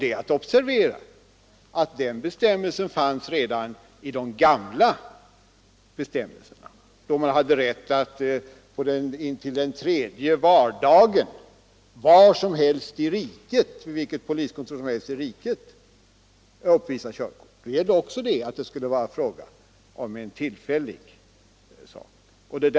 Det är att observera att denna bestämmelse fanns redan i den gamla kungörelsen, då man hade rätt att intill tredje vardagen på vilket poliskontor som helst inom riket uppvisa körkortet. Även då måste det vara fråga om en tillfällig försummelse.